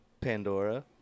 Pandora